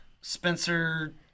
Spencer